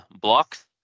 blocks